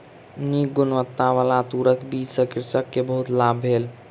नीक गुणवत्ताबला तूरक बीज सॅ कृषक के बहुत लाभ भेल